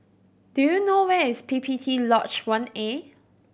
do you know where is P P T Lodge One A